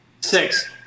Six